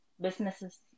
businesses